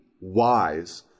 wise